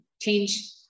change